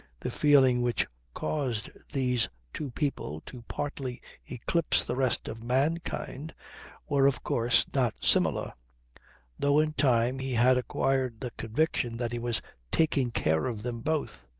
the feeling which caused these two people to partly eclipse the rest of mankind were of course not similar though in time he had acquired the conviction that he was taking care of them both.